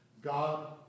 God